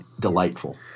delightful